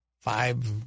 five